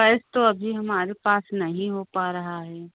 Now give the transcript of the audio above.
case तो अभी हमारे पास नहीं हो पा रहा है